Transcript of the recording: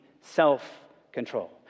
self-control